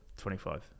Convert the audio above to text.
25